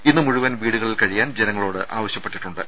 ഇന്ന് മുഴു വൻ വീടുകളിൽ കഴിയാൻ ജനങ്ങളോട് ആവശ്യപ്പെട്ടി ട്ടുണ്ട്